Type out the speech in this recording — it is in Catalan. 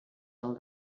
del